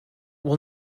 will